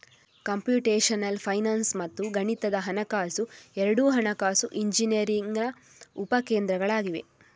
computational finance ಮತ್ತು ಗಣಿತದ ಹಣಕಾಸು ಎರಡೂ ಹಣಕಾಸು ಇಂಜಿನಿಯರಿಂಗಿನ ಉಪ ಕ್ಷೇತ್ರಗಳಾಗಿವೆ